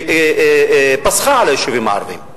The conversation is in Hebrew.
שפסחה על היישובים הערביים,